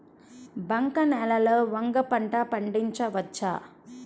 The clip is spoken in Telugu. బంక నేలలో వంగ పంట పండించవచ్చా?